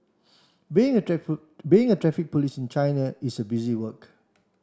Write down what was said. being a being a Traffic Police in China is busy work